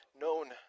known